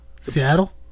Seattle